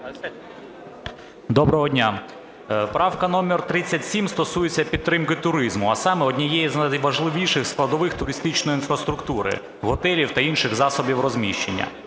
Доброго дня! Правка номер 37 стосується підтримки туризму, а саме однієї з найважливіших складових туристичної інфраструктури – готелів та інших засобів розміщення.